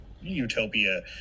utopia